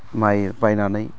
माइ बायनानै